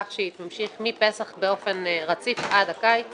כך שהיא תמשיך מפסח באופן רציף עד הקיץ